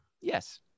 Yes